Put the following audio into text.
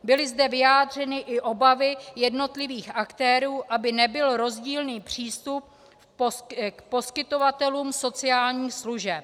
Byly zde vyjádřeny i obavy jednotlivých aktérů, aby nebyl rozdílný přístup k poskytovatelům sociálních služeb.